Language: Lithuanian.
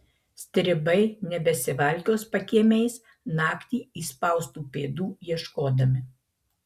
stribai nebesivalkios pakiemiais naktį įspaustų pėdų ieškodami